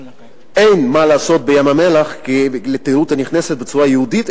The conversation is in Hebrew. אין מה לעשות בים-המלח לתיירות הנכנסת בצורה ייעודית,